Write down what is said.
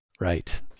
Right